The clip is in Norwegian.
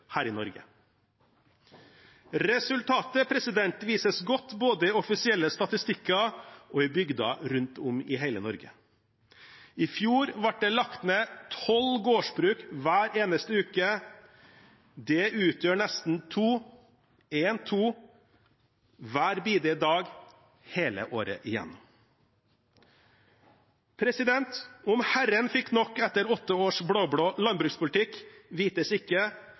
her i Norge. Resultatet vises godt både i offisielle statistikker og i bygder rundt om i hele Norge. I fjor ble det lagt ned tolv gårdsbruk hver eneste uke. Det utgjør nesten 2/1/2 hver bidige dag hele året igjennom. Om Herren fikk nok etter åtte års blå-blå landbrukspolitikk, vites ikke,